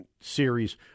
series